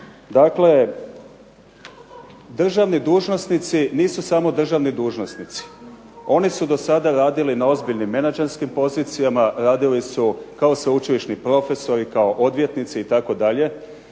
Dakle, državni dužnosnici nisu samo državni dužnosnici. Oni su dosada radili na ozbiljnim menadžerskim pozicijama, radili su kao sveučilišni profesori, kao odvjetnici itd., dakle